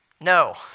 No